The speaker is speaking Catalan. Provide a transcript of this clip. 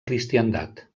cristiandat